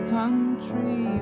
country